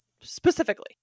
specifically